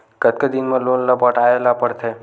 कतका दिन मा लोन ला पटाय ला पढ़ते?